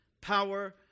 power